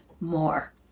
more